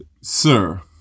Sir